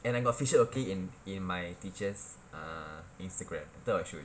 and I got featured okay in in my teacher's err instagram later I will show you